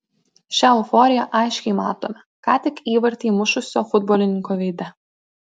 šią euforiją aiškiai matome ką tik įvartį įmušusio futbolininko veide